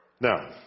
Now